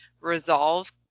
resolve